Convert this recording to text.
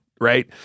right